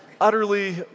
Utterly